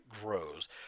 grows